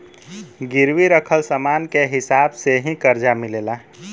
गिरवी रखल समान के हिसाब से ही करजा मिलेला